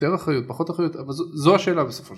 ‫יותר אחריות, פחות אחריות, ‫אבל זו השאלה בסופו של דבר.